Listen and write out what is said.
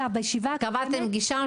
גם בישיבה --- קבעתם כבר פגישה?